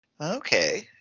Okay